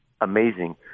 amazing